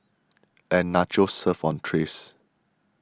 and Nachos served on trays